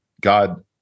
God